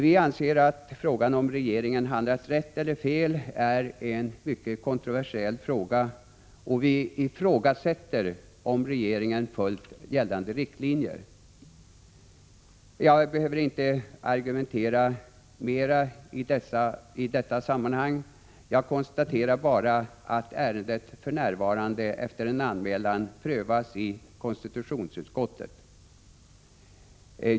Vi anser att frågan huruvida regeringen handlat rätt eller fel är mycket kontroversiell, och vi ifrågasätter om regeringen följt gällande riktlinjer. Jag behöver inte argumentera mera i detta sammanhang. Jag konstaterar bara att ärendet för närvarande, efter en anmälan, prövas i konstitutionsutskottet.